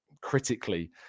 critically